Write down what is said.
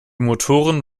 motoren